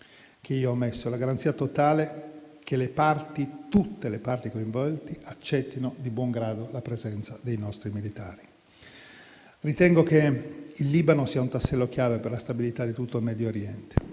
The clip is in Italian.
che io ho posto: la garanzia totale che tutte le parti coinvolte accettino di buon grado la presenza dei nostri militari. Ritengo che il Libano sia un tassello chiave per la stabilità di tutto il Medio Oriente.